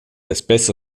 espèce